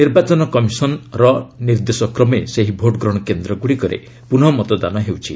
ନିର୍ବାଚନ କମିଶନ ର ନିର୍ଦ୍ଦେଶକ୍ରମେ ସେହି ଭୋଟ୍ଗ୍ରହଣ କେନ୍ଦ୍ରଗୁଡ଼ିକରେ ପୁନଃମତଦାନ ହେଉଛି